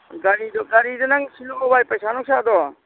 ꯒꯥꯔꯤꯗꯨ ꯒꯥꯔꯤꯗꯨ ꯅꯪ ꯁꯤꯜꯂꯛꯑꯣ ꯚꯥꯏ ꯄꯩꯁꯥ ꯅꯨꯡꯁꯥꯗꯣ